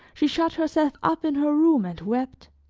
she shut herself up in her room and wept